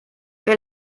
will